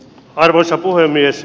arvoisa puhemies